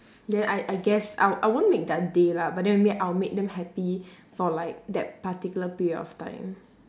then I I guess I I won't make their day lah but then maybe I'll make them happy for like that particular period of time